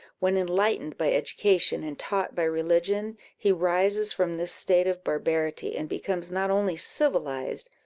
when, enlightened by education and taught by religion, he rises from this state of barbarity, and becomes not only civilized,